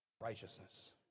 righteousness